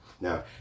Now